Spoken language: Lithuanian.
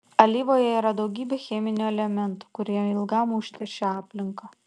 alyvoje yra daugybė cheminių elementų kurie ilgam užteršia aplinką